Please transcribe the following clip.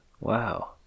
Wow